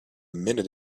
minute